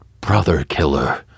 brother-killer